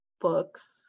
books